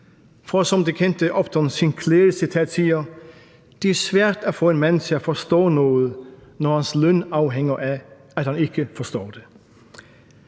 For som det kendte Upton Sinclair-citat lyder: Det er svært at få en mand til at forstå noget, når hans løn afhænger af, at han ikke forstår det.